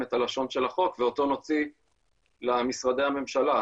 את הלשון של החוק ואותו נוציא למשרדי הממשלה,